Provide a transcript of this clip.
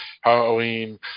Halloween